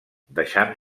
deixant